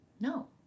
No